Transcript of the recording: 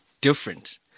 different